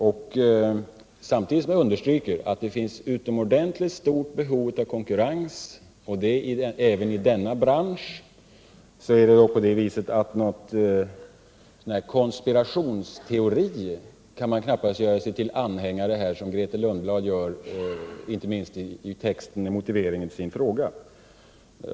Jag vill understryka att samtidigt som det finns ett utomordentligt stort behov av konkurrens även i den här ifrågavarande branschen, kan man dock knappast göra sig till anhängare av något slags konspirationsteori, som Grethe Lundblad gör, inte minst i motiveringen till sin fråga.